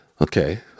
Okay